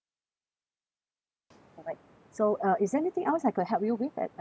mm alright so uh is there anything else I could help you with e~ uh miss esther